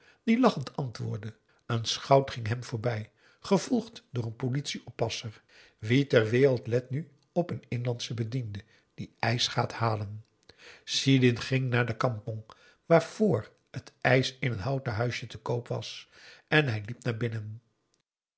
die lachend antwoordde een schout ging hem voorbij gevolgd door een politie-oppasser wie ter wereld let nu op een inlandschen bediende die ijs gaat halen sidin ging naar de kampong waarvr het ijs in een houten huisje te koop was en hij liep naar binnen